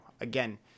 again